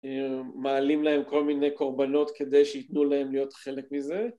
מעלים להם כל מיני קורבנות כדי שייתנו להם להיות חלק מזה